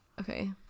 Okay